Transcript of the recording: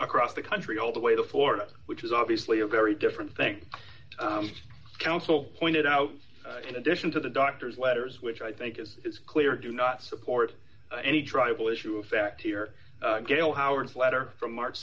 across the country all the way to florida which is obviously a very different thing counsel pointed out in addition to the doctor's letters which i think is clear do not support any tribal issue of fact here gail howard's letter from march